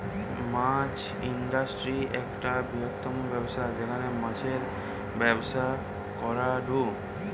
মাছ industry একটা বৃহত্তম ব্যবসা যেখানে মাছের ব্যবসা করাঢু